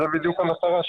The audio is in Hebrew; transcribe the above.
זו בדיוק המטרה שלו.